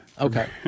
Okay